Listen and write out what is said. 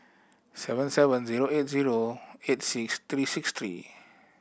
seven seven zero eight zero eight six thirty six three